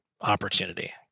opportunity